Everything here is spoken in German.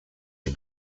die